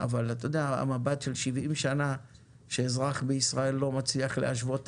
אבל המבט של 70 שנה שאזרח בישראל לא מצליח להשוות את